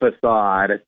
facade